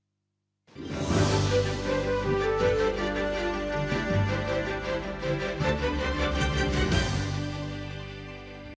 Дякую